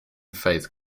faith